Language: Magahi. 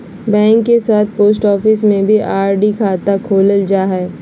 बैंक के साथ पोस्ट ऑफिस में भी आर.डी खाता खोलल जा हइ